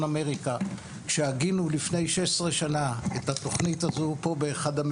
אמריקה כשהגינו לפני 16 שנים את התוכנית הזו פה באחד מבתי